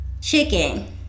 chicken